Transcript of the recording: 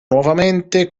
nuovamente